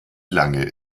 lange